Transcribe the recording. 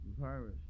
virus